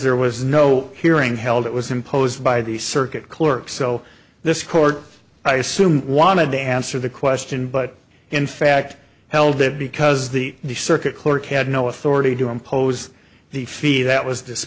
there was no hearing held it was imposed by the circuit clerk so this court i assume wanted to answer the question but in fact held it because the circuit clerk had no authority to impose the fee that was